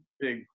big